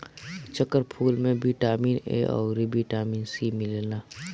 चक्रफूल में vitamin A अउरी बिटामिन सी मिलेला